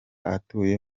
atuye